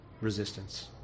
resistance